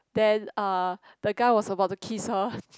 then uh the guy was about to kiss her